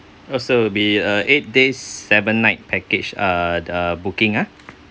oh so will be a eight days seven night package uh uh booking ah